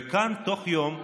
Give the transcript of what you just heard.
וכאן תוך יום,